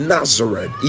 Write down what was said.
Nazareth